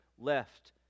left